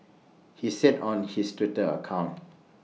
he said on his Twitter account